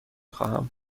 خواهم